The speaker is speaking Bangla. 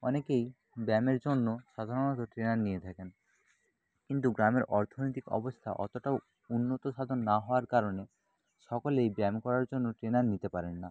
অনেকেই ব্যায়ামের জন্য সাধারণত ট্রেনার নিয়ে থাকেন কিন্তু গ্রামের অর্থনৈতিক অবস্থা অতোটাও উন্নত সাধন না হওয়ার কারণে সকলেই ব্যায়াম করার জন্য ট্রেনার নিতে পারেন না